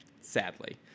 Sadly